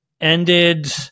ended